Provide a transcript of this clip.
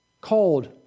Called